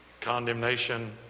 Condemnation